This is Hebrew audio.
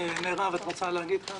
מירב קדם, את רוצה להגיד על